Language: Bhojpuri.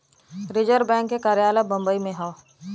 रिज़र्व बैंक के कार्यालय बम्बई में हौ